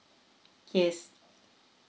yes